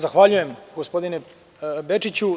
Zahvaljujem, gospodine Bečiću.